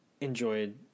enjoyed